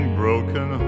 broken